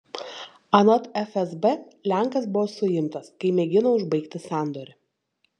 anot fsb lenkas buvo suimtas kai mėgino užbaigti sandorį